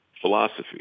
philosophy